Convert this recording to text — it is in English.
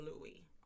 Louis